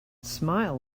smile